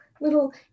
little